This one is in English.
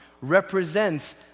represents